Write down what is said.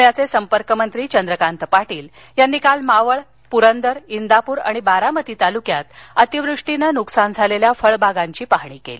पुण्याचे संपर्कमंत्री चंद्रकांत पाटील यांनी काल मावळ पुरंदर इंदापूर आणि बारामती तालुक्यात अतिवृष्टीने नुकसान झालेल्या फळबागांची पाहणी केली